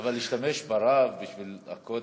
אבל להשתמש ברב בשביל הקודים,